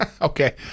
Okay